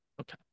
okay